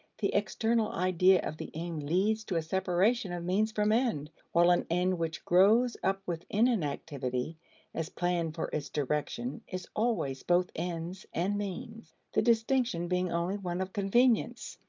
the external idea of the aim leads to a separation of means from end, while an end which grows up within an activity as plan for its direction is always both ends and means, the distinction being only one of convenience.